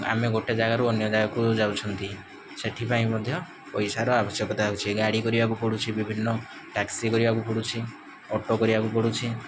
ଆମେ ଗୋଟେ ଯାଗାରୁ ଅନ୍ୟ ଯାଗାକୁ ଯାଉଛନ୍ତି ସେଥିପାଇଁ ମଧ୍ୟ ପଇସାର ଆବଶକ୍ୟତା ଅଛି ଗାଡ଼ି କରିବାକୁ ପଡୁଛି ବିଭିନ୍ନ ଟ୍ୟାକ୍ସି କରିବାକୁ ପଡୁଛି ଅଟୋ କରିବାକୁ ପଡୁଛି